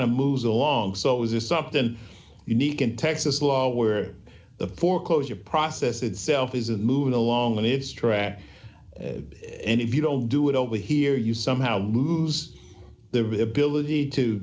of moves along so is this something unique in texas law where the foreclosure process itself is a moving along and it's track and if you don't do it over here you somehow moves the ability to